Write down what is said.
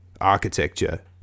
architecture